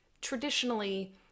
traditionally